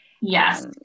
yes